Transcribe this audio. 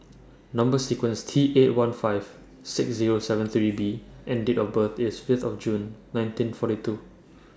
Number sequence T eight one five six Zero seven three B and Date of birth IS Fifth of June nineteen forty two